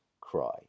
cry